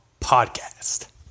Podcast